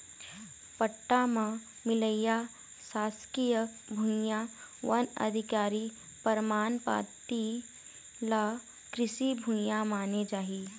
पट्टा म मिलइया सासकीय भुइयां, वन अधिकार परमान पाती ल कृषि भूइया माने जाही